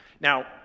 Now